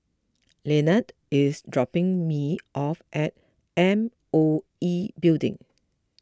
Lynette is dropping me off at M O E Building